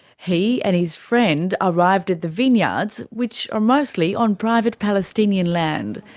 he and his friend arrived at the vineyards, which are mostly on private palestinian land.